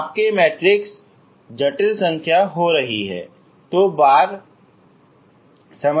यदि आपके मैट्रिक्स जटिल संख्या हो रही है तो बार समझ में आता है